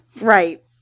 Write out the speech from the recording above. right